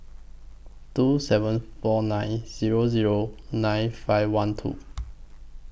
two seven four nine Zero Zero nine five one two